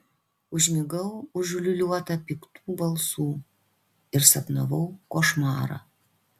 užmigau užliūliuota piktų balsų ir sapnavau košmarą